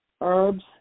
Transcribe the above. herbs